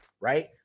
right